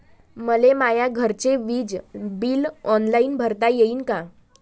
मले माया घरचे विज बिल ऑनलाईन भरता येईन का?